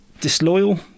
disloyal